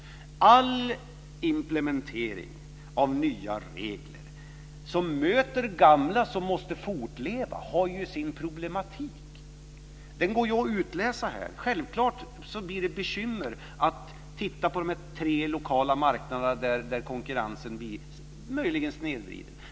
All implementering av nya regler som möter gamla som måste fortleva har ju sin problematik. Den går att utläsa här. Självklart får man titta närmare på de bekymmer som uppstår på de här tre lokala marknaderna där konkurrensen möjligen blir snedvriden.